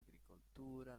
agricoltura